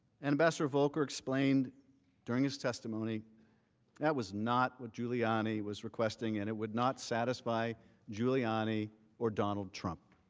ambassador volker explained during his testimony that was not what giuliani was requesting and it would not satisfy giuliani or donald trump.